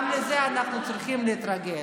גם לזה אנחנו צריכים להתרגל.